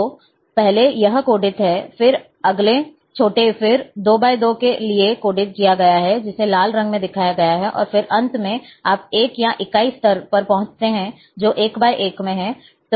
तो पहले यह कोडित है फिर अगले छोटे फिर 2 × 2 के लिए कोडित किया गया है जिसे लाल रंग में दिखाया गया है और फिर अंत में आप 1 या इकाई स्तर पर पहुंचते हैं जो कि 1 × 1 है